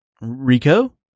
Rico